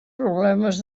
problemes